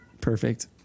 perfect